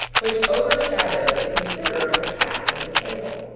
which overshadowed a considerable tract of the table.